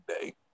day